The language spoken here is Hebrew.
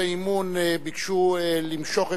אריה אלדד ואיתן כבל וקבוצת חברי הכנסת,